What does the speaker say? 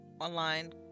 online